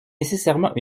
nécessairement